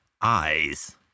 eyes